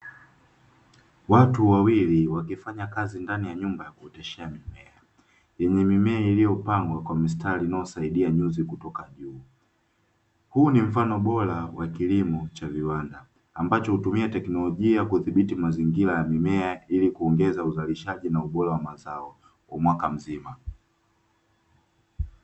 Watu wawili wakifanya kazi ndani ya nyumba yakuoteshea mimea yenye mimea iliyopangwa kwa mistari inayosaidia nyozi kutoka juu, huu ni mfano bora wa kilimo cha viwanda ambacho hutumia teknolojia kudhibiti mazingira ya mimea ili kuongeza uzalishaji na ubora wa mazao wa mwaka mzima .